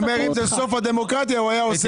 הוא אומר שאם זה סוף הדמוקרטיה הוא היה עושה את זה.